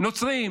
נוצרים,